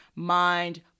Mind